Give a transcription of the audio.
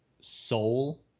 soul